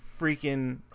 freaking